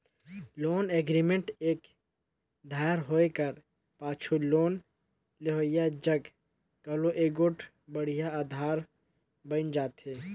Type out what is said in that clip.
loan agreement एक धाएर होए कर पाछू लोन लेहोइया जग घलो एगोट बड़िहा अधार बइन जाथे